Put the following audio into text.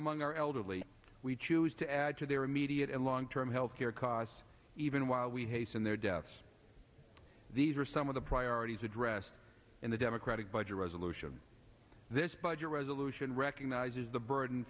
among our elderly we choose to add to their immediate and long term health care costs even while we hasten their deaths these are some of the priorities addressed in the democratic budget resolution this budget resolution recognizes the burden